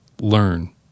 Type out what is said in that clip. learn